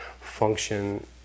function